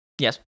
Yes